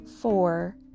four